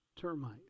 termite